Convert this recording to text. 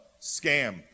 scam